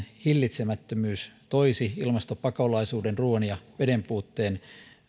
hillitsemättömyys toisi ilmastopakolaisuuden ruuan ja vedenpuutteen